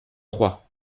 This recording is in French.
trois